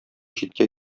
читкә